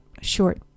short